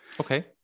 Okay